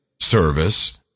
Service